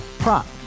Prop